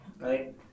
right